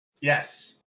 Yes